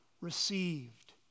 received